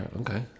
okay